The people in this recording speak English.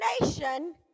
nation